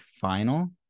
final